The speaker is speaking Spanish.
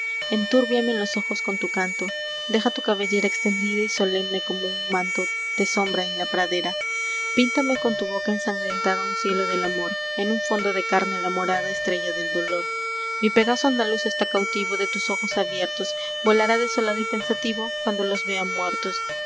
del verano enturbíame los ojos con tu canto deja tu cabellera extendida y solemne como un manto de sombra en la pradera píntame con tu boca ensangrentada un cielo del amor en un fondo de carne la morada estrella de dolor mi pegaso andaluz está cautivo de tus ojos abiertos volará desolado y pensativo cuando los vea muertos